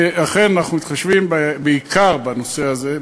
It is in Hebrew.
שאכן אנחנו מתחשבים, בעיקר בנושא הזה.